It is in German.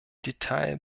detail